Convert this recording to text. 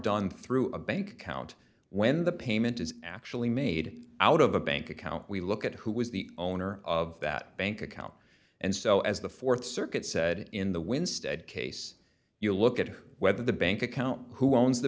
done through a bank account when the payment is actually made out of a bank account we look at who was the owner of that bank account and so as the th circuit said in the winsted case you look at whether the bank account who owns the